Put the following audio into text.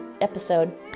episode